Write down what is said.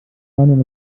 manuel